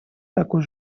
такой